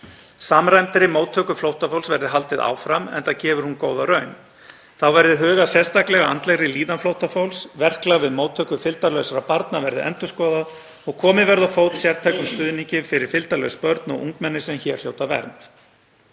Samræmdri móttöku flóttafólks verði haldið áfram enda gefur hún góða raun. Þá verði hugað sérstaklega að andlegri líðan flóttafólks, verklag við móttöku fylgdarlausra barna verði endurskoðað og komið verði á fót sértækum stuðningi fyrir fylgdarlaus börn og ungmenni sem hér hljóta vernd.